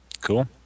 Cool